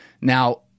Now